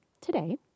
today